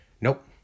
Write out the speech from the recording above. nope